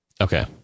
Okay